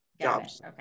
jobs